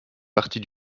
partie